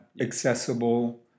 accessible